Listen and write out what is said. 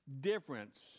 difference